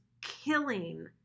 killing